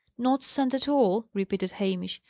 not send at all! repeated hamish.